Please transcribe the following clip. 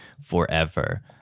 forever